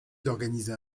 d’organiser